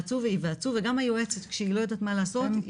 וייוועצו וגם היועצת כשהיא לא יודעת מה לעשות,